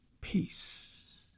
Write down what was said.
peace